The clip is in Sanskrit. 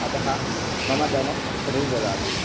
अतः मम धनं प्रतिददातु